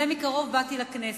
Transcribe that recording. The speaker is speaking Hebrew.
זה מקרוב באתי לכנסת.